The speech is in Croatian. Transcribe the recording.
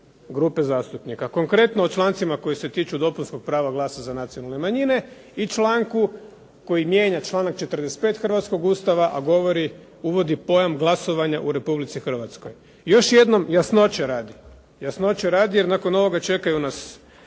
grupe zastupnika. Konkretno o člancima koji se tiču dopunskog prava glasa za nacionalne manjine i članku, koji mijenja članak 45. hrvatskog Ustava, a govori, uvodi pojam glasovanja u Republici Hrvatskoj. Još jednom jasnoće radi, jer nakon ovoga čekaju nas